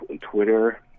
Twitter